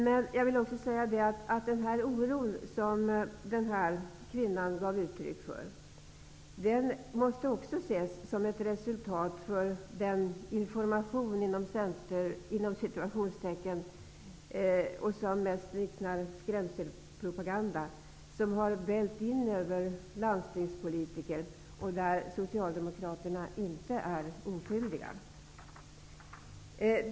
Men den oro som denna kvinna gav uttryck för måste också ses som ett resultat av den ''information'', som mest liknar skrämselpropaganda, som har vällt in över landstingspolitiker, och där Socialdemokraterna inte är oskyldiga.